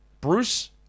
Bruce